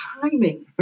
timing